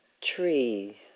tree